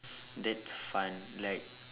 that's fun like